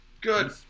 Good